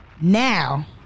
Now